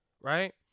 Right